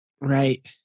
Right